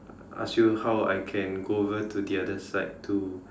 ask you how I can go over to the other side to